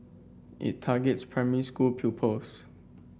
it targets primary school pupils